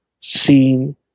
seen